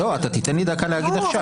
לא, אתה תיתן לי דקה להגיד עכשיו.